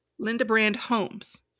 lindabrandhomes